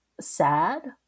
sad